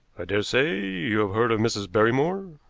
daresay you have heard of mrs. barrymore?